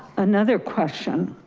another question,